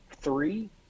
three